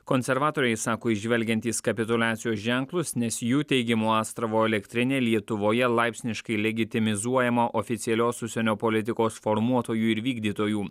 konservatoriai sako įžvelgiantys kapituliacijos ženklus nes jų teigimu astravo elektrinė lietuvoje laipsniškai legitimizuojama oficialios užsienio politikos formuotojų ir vykdytojų